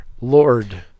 lord